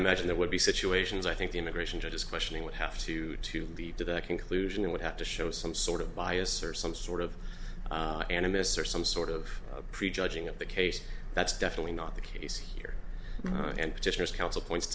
magine there would be situations i think the immigration judges questioning would have to to be to that conclusion would have to show some sort of bias or some sort of animists or some sort of prejudging of the case that's definitely not the case here and petitioners counsel points